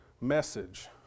message